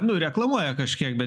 nu reklamuoja kažkiek bet